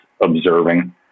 observing